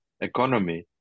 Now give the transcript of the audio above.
economy